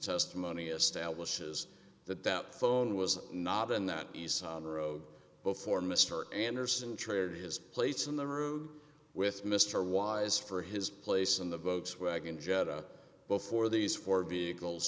testimony establishes that that phone was not in that east on road before mr anderson chaired his place in the room with mr wise for his place in the boats wagon jetta before these four vehicles